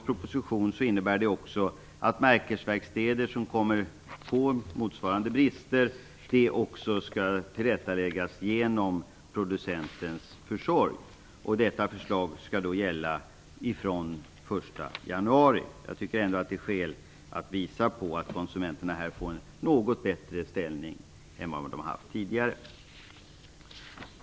I propositionen föreslås att också brister som påpekas av märkesverkstäder skall åtgärdas genom producentens försorg. Detta förslag skall genomföras den 1 januari. Jag tycker att det är skäl att visa på att konsumenterna härigenom får en något bättre ställning än tidigare.